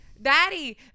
Daddy